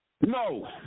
No